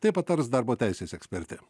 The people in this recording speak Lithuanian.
tai patars darbo teisės ekspertė